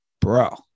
Bro